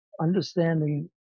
understanding